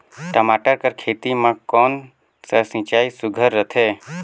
टमाटर कर खेती म कोन कस सिंचाई सुघ्घर रथे?